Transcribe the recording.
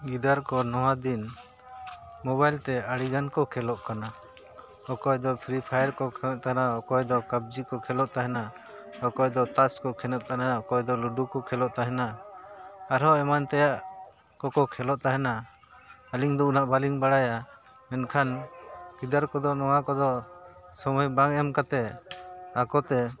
ᱜᱤᱫᱟᱹᱨ ᱠᱚ ᱱᱚᱣᱟ ᱫᱤᱱ ᱢᱚᱵᱟᱭᱤᱞ ᱛᱮ ᱟᱹᱰᱤᱜᱟᱱ ᱠᱚ ᱠᱷᱮᱞᱳᱜ ᱠᱟᱱᱟ ᱚᱠᱚᱭ ᱫᱚ ᱯᱷᱨᱤ ᱯᱷᱟᱭᱟᱨ ᱠᱚ ᱠᱷᱮᱞᱳᱜ ᱛᱟᱦᱮᱱᱟ ᱚᱠᱚᱭ ᱫᱚ ᱯᱟᱵᱽᱡᱤ ᱠᱚ ᱠᱷᱮᱞᱳᱜ ᱛᱟᱦᱮᱱᱟ ᱚᱠᱚᱭ ᱫᱚ ᱛᱟᱥ ᱠᱚ ᱠᱷᱮᱞᱳᱜ ᱛᱟᱦᱮᱱᱟ ᱚᱠᱚᱭ ᱫᱚ ᱞᱩᱰᱩ ᱠᱚ ᱠᱷᱮᱞᱳᱜ ᱛᱟᱦᱮᱱᱟ ᱟᱨᱦᱚᱸ ᱮᱢᱟᱱ ᱛᱮᱭᱟᱜ ᱠᱚᱠᱚ ᱠᱷᱮᱞᱳᱜ ᱛᱟᱦᱮᱱᱟ ᱟᱹᱞᱤᱧ ᱫᱚ ᱩᱱᱟᱹᱜ ᱵᱟᱹᱞᱤᱧ ᱵᱟᱲᱟᱭᱟ ᱢᱮᱱᱠᱷᱟᱱ ᱜᱤᱫᱟᱹᱨ ᱠᱚᱫᱚ ᱱᱚᱣᱟ ᱠᱚᱫᱚ ᱥᱚᱢᱚᱭ ᱵᱟᱝ ᱮᱢ ᱠᱟᱛᱮᱫ ᱟᱠᱚᱛᱮ